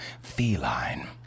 feline